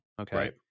okay